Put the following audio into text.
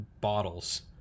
bottles